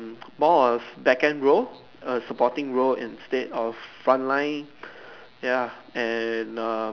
more of backend role a supporting role instead of front line ya and um